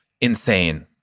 insane